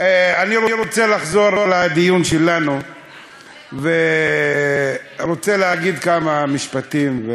אני רוצה לחזור לדיון שלנו ורוצה להגיד כמה משפטים.